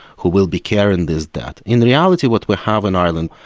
who will be carrying this debt. in reality what we have in ireland,